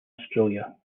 australia